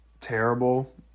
terrible